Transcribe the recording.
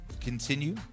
continue